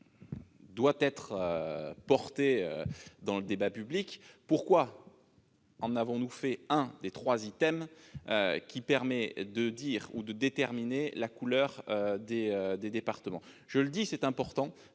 doit être portée dans le débat public, pourquoi en avons-nous fait l'un des trois items qui permettent de déterminer la couleur des départements ? Il est important